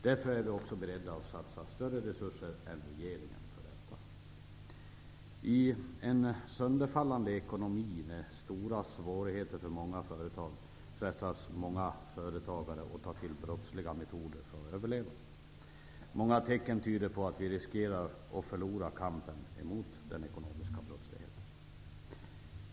Därför är vi också beredda att satsa större resurser än regeringen. I en sönderfallande ekonomi med stora svårigheter för många företag frestas många företagare att ta till brottsliga metoder för att överleva. Många tecken tyder på att vi riskerar att förlora kampen mot den ekonomiska brottsligheten.